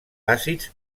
àcids